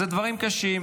אלה דברים קשים,